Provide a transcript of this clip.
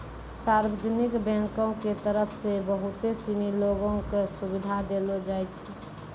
सार्वजनिक बैंको के तरफ से बहुते सिनी लोगो क सुविधा देलो जाय छै